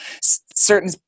certain